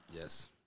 Yes